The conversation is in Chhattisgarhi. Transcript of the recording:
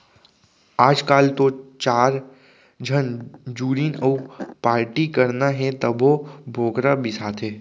आजकाल तो चार झन जुरिन अउ पारटी करना हे तभो बोकरा बिसाथें